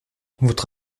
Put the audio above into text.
votre